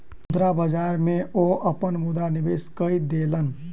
मुद्रा बाजार में ओ अपन मुद्रा निवेश कय देलैन